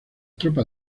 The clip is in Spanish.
tropa